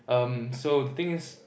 erm so the thing is